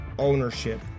ownership